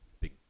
Big